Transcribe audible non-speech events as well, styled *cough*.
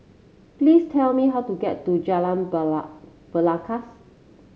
please tell me how to get to Jalan *unintelligible* Belangkas